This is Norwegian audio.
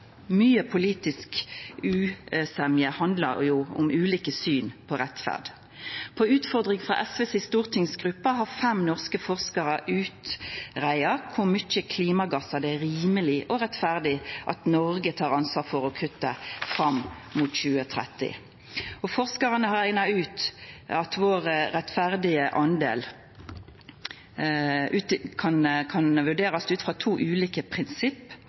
politisk usemje handlar jo om ulike syn på rettferd. Etter utfordring frå SV si stortingsgruppe har fem norske forskarar greia ut kor mykje klimagassar det er rimeleg og rettferdig at Noreg tek ansvar for å kutta fram mot 2030. Og forskarane har rekna ut at vår rettferdige del kan vurderast ut frå to ulike prinsipp